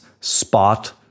spot